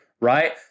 Right